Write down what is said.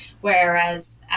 Whereas